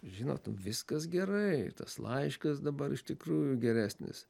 žinot viskas gerai tas laiškas dabar iš tikrųjų geresnis